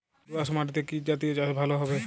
দোয়াশ মাটিতে কি জাতীয় চাষ ভালো হবে?